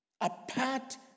apart